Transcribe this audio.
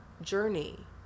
journey